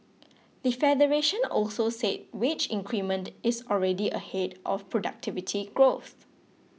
the federation also said wage increment is already ahead of productivity growth